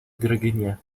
drgnie